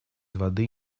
воды